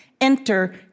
Enter